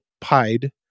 Pied